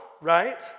right